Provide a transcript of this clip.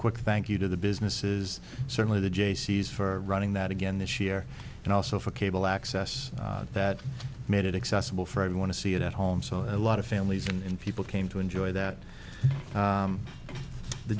quick thank you to the businesses certainly the jaycees for running that again this year and also for cable access that made it accessible for i want to see it at home so a lot of families and people came to enjoy that